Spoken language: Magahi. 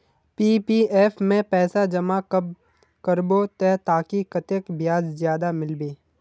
पी.पी.एफ में पैसा जमा कब करबो ते ताकि कतेक ब्याज ज्यादा मिलबे?